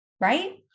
right